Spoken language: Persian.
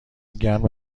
گرم